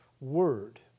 word